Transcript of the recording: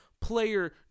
player